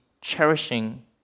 cherishing